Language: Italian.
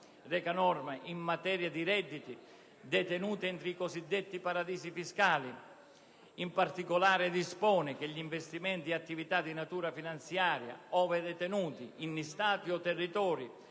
reca norme in materia di redditi detenuti entro i cosiddetti paradisi fiscali ed in particolare dispone che gli investimenti in attività di natura finanziaria, ove detenuti in Stati o territori